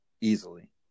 easily